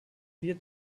vier